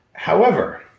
however,